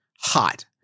Hot